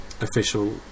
official